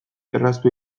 erraztu